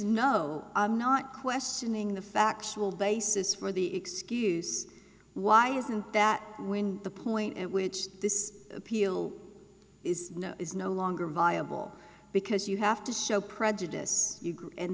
no i'm not questioning the factual basis for the excuse why isn't that when the point at which this appeal is no is no longer viable because you have to show prejudice